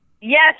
Yes